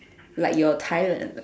like your tilione